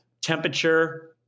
temperature